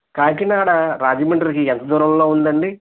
కాకినాడ రాజమండ్రికి ఎంత దూరంలో ఉందండి